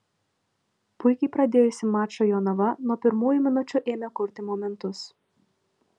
puikiai pradėjusi mačą jonava nuo pirmųjų minučių ėmė kurti momentus